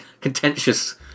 contentious